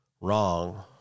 wrong